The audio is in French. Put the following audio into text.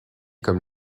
comme